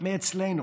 שלושה מאשר אצלנו.